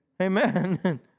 Amen